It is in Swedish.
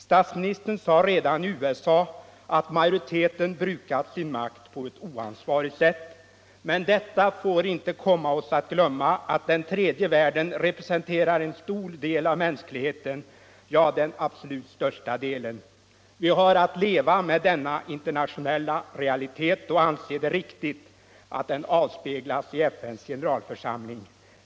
Statsministern sade redan i USA att majoriteten brukat sin makt på ett oansvarigt sätt. Men detta får inte komma oss att glömma att den tredje världen representerar en stor del av mänskligheten — ja, den absolut största delen. Vi har att leva med denna internationella realitet och anser det riktigt att den avspeglas i FN:s generalförsamling.